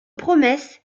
promesse